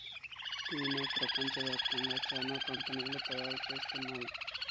టీను ప్రపంచ వ్యాప్తంగా చానా కంపెనీలు తయారు చేస్తున్నాయి